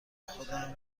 خودم